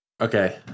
Okay